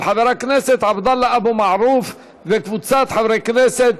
לוועדת העבודה, הרווחה והבריאות נתקבלה.